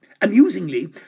amusingly